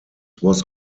was